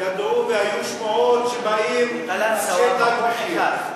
ידעו והיו שמועות שבאים אנשי "תג מחיר".